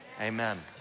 Amen